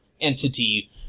entity